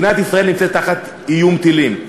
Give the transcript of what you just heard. מדינת ישראל נמצאת תחת איום טילים,